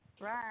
Right